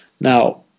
Now